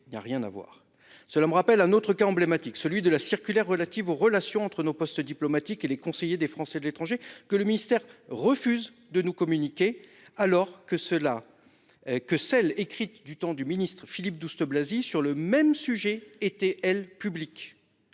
Cela me rappelle un autre cas emblématique, celui de la circulaire relative aux relations entre nos postes diplomatiques et les conseillers des Français de l'étranger, que le ministère refuse de nous communiquer, alors que celle qui avait été écrite sur le même sujet, lorsque Philippe Douste-Blazy était ministre, était publique.